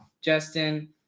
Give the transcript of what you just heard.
Justin